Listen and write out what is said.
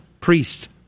priest